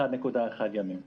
1.1 ימים בממוצע.